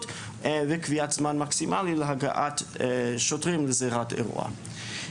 וקביעת זמן מקסימלי להגעת שוטרים לזירת האירוע.